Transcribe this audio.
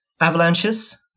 avalanches